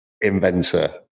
inventor